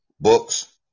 books